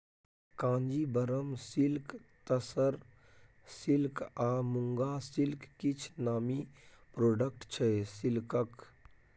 Kanjeevaram silk, tussar silk आ muga silk किछ नामी प्रोडक्ट छै सिल्कक